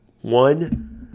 one